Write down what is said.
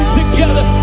together